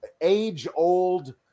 age-old